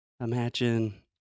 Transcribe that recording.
imagine